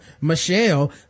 Michelle